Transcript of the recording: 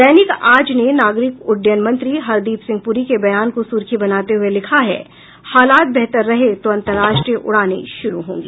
दैनिक आज ने नागरिक उड्यन मंत्री हरदीप सिंह प्री के बयान को सुर्खी बनाते हुये लिखा है हालात बेहतर रहे तो अंतरराष्ट्रीय उड़ानें शुरू होंगी